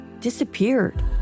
disappeared